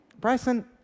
Bryson